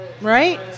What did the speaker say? right